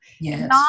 Yes